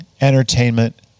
entertainment